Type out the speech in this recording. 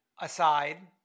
aside